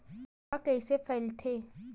ह कइसे फैलथे?